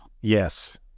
Yes